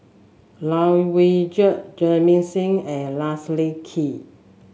Lai Weijie Jamit Singh and Leslie Kee